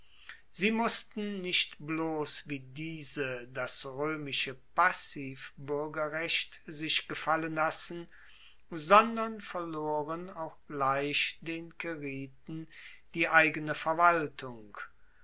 sie mussten nicht bloss wie diese das roemische passivbuergerrecht sich gefallen lassen sondern verloren auch gleich den caeriten die eigene verwaltung